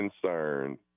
concerned